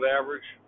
average